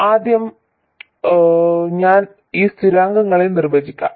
ഇപ്പോൾ ആദ്യം ഞാൻ ഈ സ്ഥിരാങ്കങ്ങളെ നിർവചിക്കാം